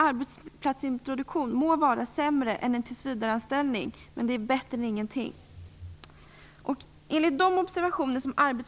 Arbetsplatsintroduktion må vara sämre än en tillsvidareanställning, men det är bättre än ingenting.